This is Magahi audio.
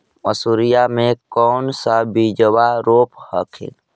मसुरिया के कौन सा बिजबा रोप हखिन?